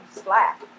slack